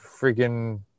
freaking